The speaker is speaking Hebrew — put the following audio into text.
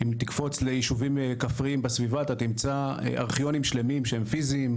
אם תקפוץ לישובים כפריים בסביבה אתה תמצא ארכיונים שלמים שהם פיזיים.